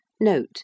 Note